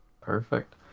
Perfect